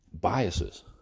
biases